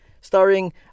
starring